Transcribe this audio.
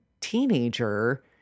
teenager